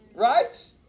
Right